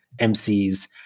MCs